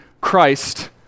Christ